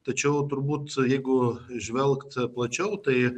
tačiau turbūt su jeigu žvelgt plačiau tai